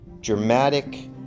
dramatic